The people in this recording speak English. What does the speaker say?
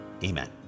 Amen